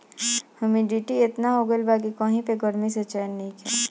humidity एतना हो गइल बा कि कही पे गरमी से चैन नइखे